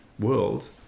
world